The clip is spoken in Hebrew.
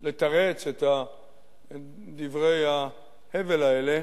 לתרץ את דברי ההבל האלה,